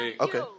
Okay